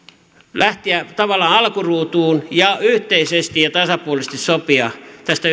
lähteä tavallaan alkuruutuun ja yhteisesti ja tasapuolisesti sopia tästä